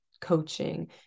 coaching